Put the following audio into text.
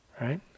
right